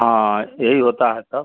हाँ यही होता है तब